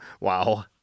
Wow